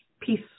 peace